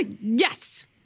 yes